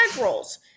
rolls